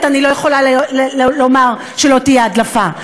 שהיא לא יכולה לומר שלא תהיה הדלפה,